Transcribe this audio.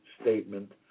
statement